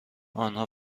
آنها